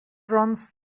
runs